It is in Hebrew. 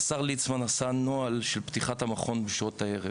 השר ליצמן עשה נוהל של פתיחת המכון בשעות הערב.